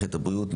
מערכת הבריאות,